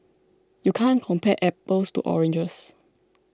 you can't compare apples to oranges